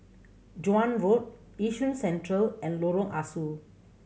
Joan Road Yishun Central and Lorong Ah Soo